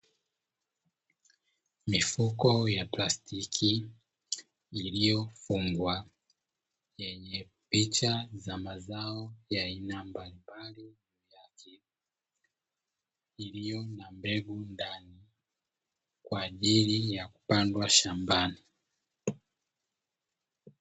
Mifuko ya plastiki iliyofungwa yenye picha za mazao ya aina mbalimbali, iliyo na mbegu ndani kwa ajili ya kupandwa shambani.